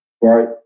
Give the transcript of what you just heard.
Right